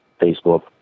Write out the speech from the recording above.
facebook